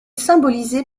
symbolisée